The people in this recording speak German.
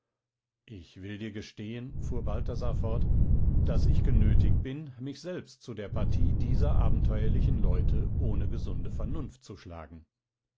ich will dir gestehen fuhr balthasar fort daß ich genötigt bin mich selbst zu der partie dieser abenteuerlichen leute ohne gesunde vernunft zu schlagen